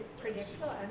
predictable